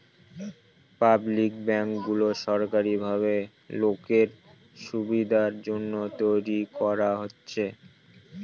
public ব্যাঙ্কগুলো সরকারি ভাবে লোকের সুবিধার জন্য তৈরী করা হচ্ছে